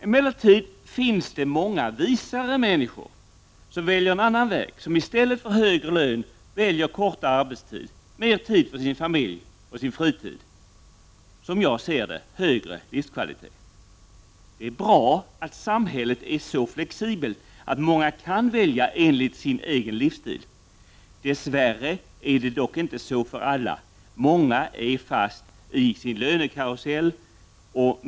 Emellertid finns det många visare människor som väljer en annan väg, som i stället för högre lön väljer kortare arbetstid, mer tid för sin familj och sin fritid — vilket enligt min uppfattning är lika med högre livskvalitet. Det är bra att samhället är så flexibelt att många kan välja enligt sin egen livsstil. Dess värre är det dock inte så för alla; många är fast i sin lönekarusell.